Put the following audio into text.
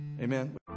Amen